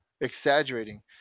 exaggerating